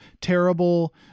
terrible